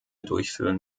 durchführen